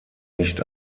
nicht